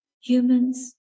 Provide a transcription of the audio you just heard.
Humans